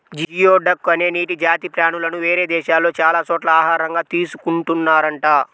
geoduck అనే నీటి జాతి ప్రాణులను వేరే దేశాల్లో చాలా చోట్ల ఆహారంగా తీసుకున్తున్నారంట